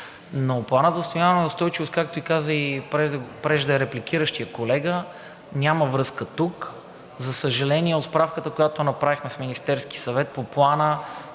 Но Планът за възстановяване и устойчивост, както каза и преждерепликиращият колега, няма връзка тук. За съжаление, от справката, която направихме с Министерския съвет по Плана,